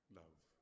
love